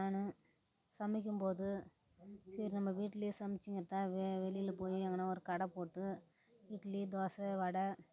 நான் சமைக்கும் போது சரி நம்ம வீட்லேயே சமைச்சுக்கிறத வெளியில் போய் எங்கேன்னா கடை போட்டு இட்லி தோசை வடை